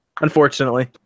unfortunately